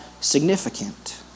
significant